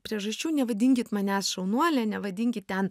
priežasčių nevadinkit manęs šaunuole nevadinkit ten